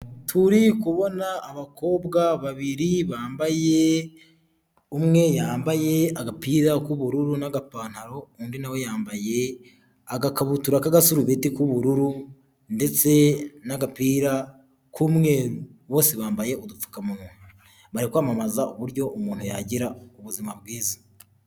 Turi kubona abakobwa babiri bambaye, umwe yambaye agapira k'ubururu n'agapantaro, undi nawe yambaye agakabutura k'agasurubeti k'ubururu ndetse n'agapira k'umweru, bose bambaye udupfukamunwa, bari kwamamaza uburyo umuntu yagira ubuzima bwiza.